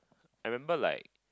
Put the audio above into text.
I remember like